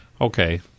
okay